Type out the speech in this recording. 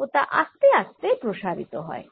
ও তা আস্তে আস্তে প্রসারিত হয়